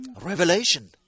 Revelation